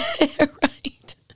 Right